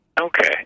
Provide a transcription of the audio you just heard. Okay